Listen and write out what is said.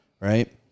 right